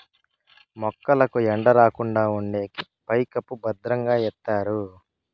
మొక్కలకు ఎండ రాకుండా ఉండేకి పైకప్పు భద్రంగా ఎత్తారు